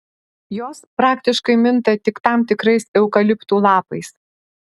jos praktiškai minta tik tam tikrais eukaliptų lapais